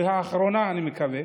והאחרונה, אני מקווה,